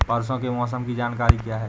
परसों के मौसम की जानकारी क्या है?